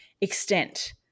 extent